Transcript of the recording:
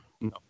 No